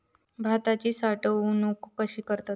भाताची साठवूनक कशी करतत?